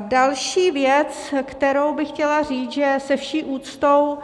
Další věc, kterou bych chtěla říct, že se vší úctou